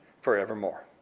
forevermore